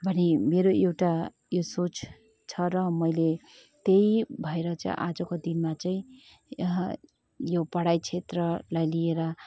भने मेरो एउटा यो सोच छ र मैले त्यही भएर चाहिँ आजको दिनमा छे यो पढाइ क्षेत्र लिएर